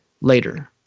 Later